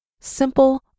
simple